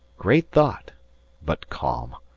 great thought but calm!